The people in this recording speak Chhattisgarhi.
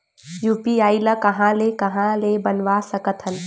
यू.पी.आई ल कहां ले कहां ले बनवा सकत हन?